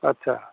अच्छा